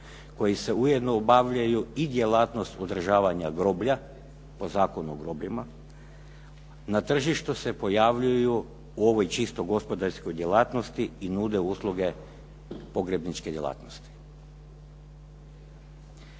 koji se ujedno obavljaju i djelatnost održavanja groblja po Zakonu o grobljima, na tržištu se pojavljuju u ovoj čisto gospodarskoj djelatnosti i nude usluge pogrebničke djelatnosti.